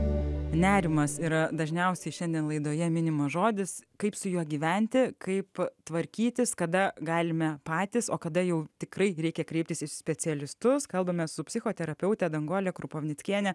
nerimas yra dažniausiai šiandien laidoje minimas žodis kaip su juo gyventi kaip tvarkytis kada galime patys o kada jau tikrai reikia kreiptis į specialistus kalbamės su psichoterapeute danguolė krupovnickienė